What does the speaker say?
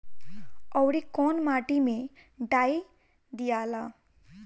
औवरी कौन माटी मे डाई दियाला?